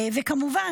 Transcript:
וכמובן,